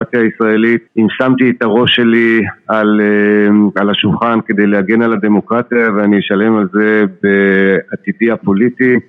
אם שמתי את הראש שלי על השולחן כדי להגן על הדמוקרטיה ואני אשלם על זה בעתידי הפוליטי